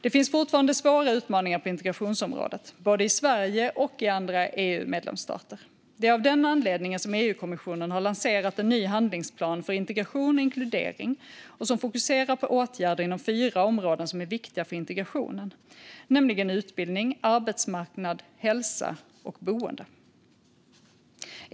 Det finns fortfarande svåra utmaningar på integrationsområdet, både i Sverige och i andra EU-medlemsstater. Det är av den anledningen som EU-kommissionen har lanserat en ny handlingsplan för integration och inkludering som fokuserar på åtgärder inom fyra områden som är viktiga för integrationen, nämligen utbildning, arbetsmarknad, hälsa och boende.